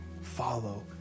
follow